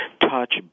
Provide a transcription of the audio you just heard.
touch